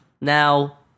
Now